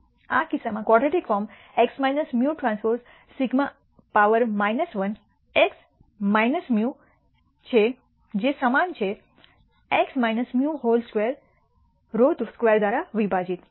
આ કિસ્સામાં quadratic form x μT ∑ 1 x μ છે જે સમાન છે x μ2 σ2દ્વારા વિભાજિત